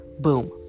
boom